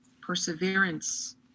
perseverance